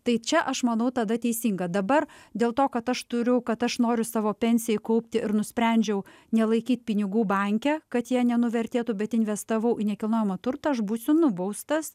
tai čia aš manau tada teisinga dabar dėl to kad aš turiu kad aš noriu savo pensijai kaupti ir nusprendžiau nelaikyt pinigų banke kad jie nenuvertėtų bet investavau į nekilnojamą turtą aš būsiu nubaustas